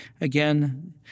Again